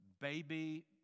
baby